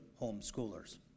homeschoolers